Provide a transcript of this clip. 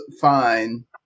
fine